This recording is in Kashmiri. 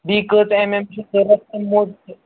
بیٚیہِ کٔژ ایم ایم چھِ ضوٚرَتھ تہٕ